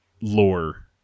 lore